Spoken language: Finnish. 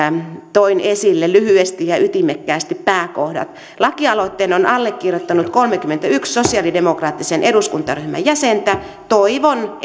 toin esille lyhyesti ja ja ytimekkäästi pääkohdat lakialoitteen on allekirjoittanut kolmenkymmenenyhden sosialidemokraattisen eduskuntaryhmän jäsentä toivon